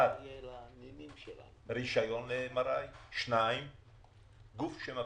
רישיון ל-MRI וגוף שמפעיל.